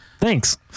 Thanks